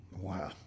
Wow